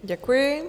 Děkuji.